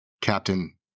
Captain